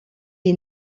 est